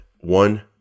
one